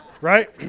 right